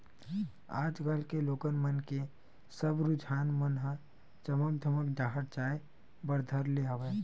आज कल के लोगन मन के सब रुझान मन ह चमक धमक डाहर जाय बर धर ले हवय